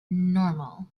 normal